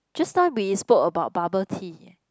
just now we spoke about bubble tea